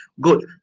good